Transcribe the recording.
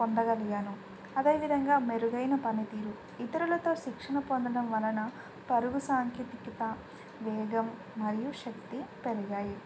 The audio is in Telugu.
పొందగలిగాను అదేవిధంగా మెరుగైన పనితీరు ఇతరులతో శిక్షణ పొందడం వలన పరుగు సాంకేతికత వేగం మరియు శక్తి పెరిగాయి